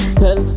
tell